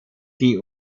die